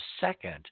second